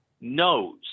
knows